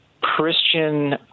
Christian